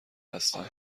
هستم